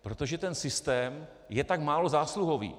Protože ten systém je tak málo zásluhový.